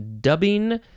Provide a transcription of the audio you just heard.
dubbing